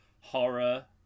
horror